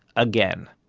again.